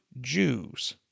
Jews